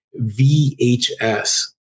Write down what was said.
VHS